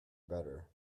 better